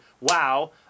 wow